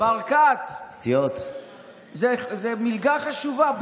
ברקת, זו מלגה חשובה.